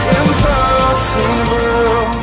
impossible